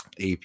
AP